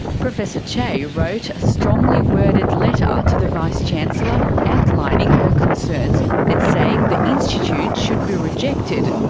professor chey wrote a strongly-worded letter to the vice chancellor outlining her concerns and saying the institute should be rejected,